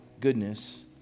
goodness